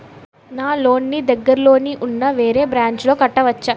నా లోన్ నీ దగ్గర్లోని ఉన్న వేరే బ్రాంచ్ లో కట్టవచా?